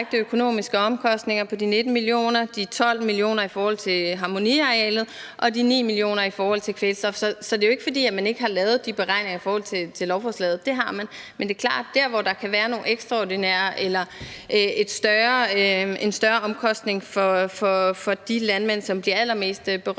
økonomiske omkostninger på de 19 mio. kr., de 12 mio. kr. i forhold til harmoniarealet og de 9 mio. kr. i forhold til kvælstof. Så det er jo ikke, fordi man ikke har lavet de beregninger i forhold til lovforslaget. Det har man. Men det er klart, at der, hvor der kan være nogle ekstraordinære omkostninger eller en større omkostning for de landmænd, som bliver allermest berørt,